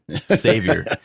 savior